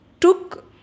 took